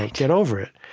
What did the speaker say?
ah get over it.